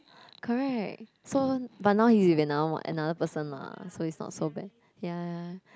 correct so but now he is with another one another person lah so it's not so bad ya ya